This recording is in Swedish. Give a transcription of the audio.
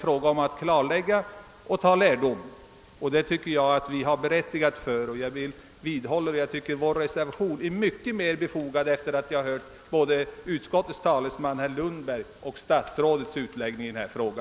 Jag anser att kravet i vår reservation är mycket mer befogat sedan jag hört vad utskottets talesman herr Lundberg och statsrådet Wickman har anfört i denna fråga.